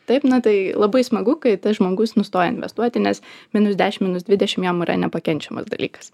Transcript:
taip na tai labai smagu kai tas žmogus nustoja investuoti nes minus dešim minus dvidešim jam yra nepakenčiamas dalykas